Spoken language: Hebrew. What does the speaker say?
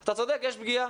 אתה צודק, יש פגיעה.